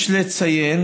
יש לציין